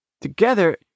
together